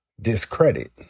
discredit